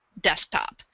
desktop